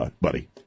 buddy